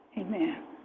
Amen